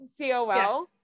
COL